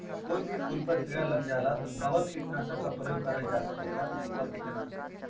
कोई भी फूल पर कीड़ा लग जाला त कवन कीटनाशक क प्रयोग करल जा सकेला और कितना?